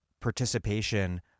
participation